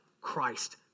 Christ